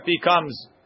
becomes